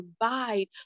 provide